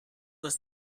was